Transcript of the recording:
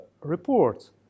reports